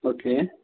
okay